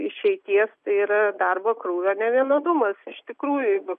išeities tai yra darbo krūvio nevienodumas iš tikrųjų jeigu